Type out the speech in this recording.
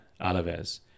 Alavez